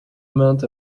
amount